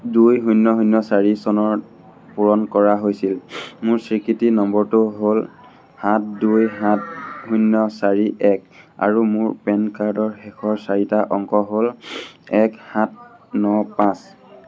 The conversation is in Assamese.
দুই শূন্য শূন্য চাৰি চনত পূৰণ কৰা হৈছিল মোৰ স্বীকৃতি নম্বৰটো হ'ল সাত দুই সাত শূন্য চাৰি এক আৰু মোৰ পেন কাৰ্ডৰ শেষৰ চাৰিটা অংক হ'ল এক সাত ন পাঁচ